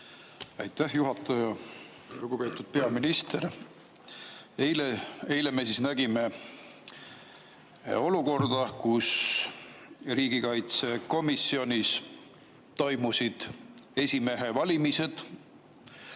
Aitäh, juhataja! Lugupeetud peaminister! Eile me nägime olukorda, kus riigikaitsekomisjonis toimusid esimehe valimised.